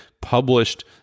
published